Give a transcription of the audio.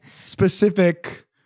specific